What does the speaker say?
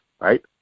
right